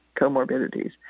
comorbidities